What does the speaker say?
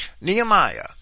Nehemiah